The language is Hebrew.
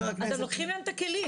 אתם לוקחים להם את הכלים.